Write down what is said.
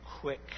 quick